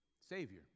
Savior